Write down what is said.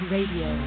Radio